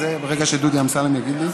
ברגע שדודי אמסלם יגיד לי,